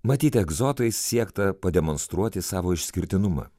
matyt egzotais siekta pademonstruoti savo išskirtinumą